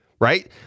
right